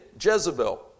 Jezebel